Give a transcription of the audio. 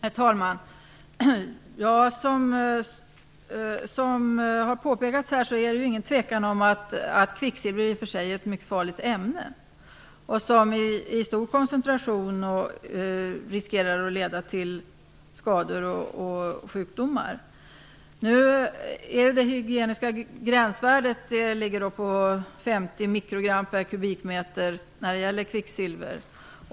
Herr talman! Såsom det har påpekats är det ingen tvekan om att kvicksilver är ett mycket farligt ämne. I stor koncentration kan kvicksilver leda till skador och sjukdomar. Det hygieniska gränsvärdet för kvicksilver ligger på 50 mikrogram per kubikmeter.